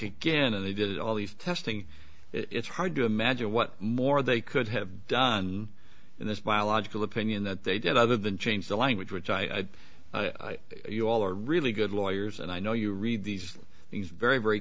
again and they did all these testing it's hard to imagine what more they could have done this biological opinion that they did other than change the language which i you all are really good lawyers and i know you read these things very very